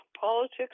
politics